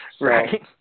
right